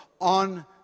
on